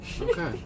Okay